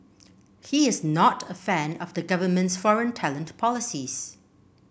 he is not a fan of the government's foreign talent policies